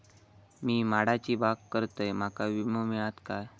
मी माडाची बाग करतंय माका विमो मिळात काय?